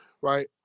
right